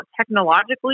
technologically